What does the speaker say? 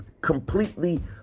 completely